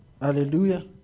Hallelujah